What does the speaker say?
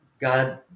God